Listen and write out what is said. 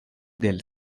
del